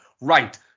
right